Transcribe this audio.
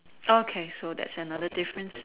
okay so that's another difference